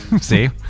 See